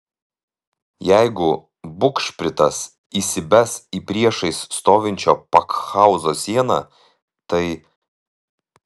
jeigu bugšpritas įsibes į priešais stovinčio pakhauzo sieną tai